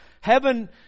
Heaven